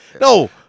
No